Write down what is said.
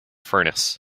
furnace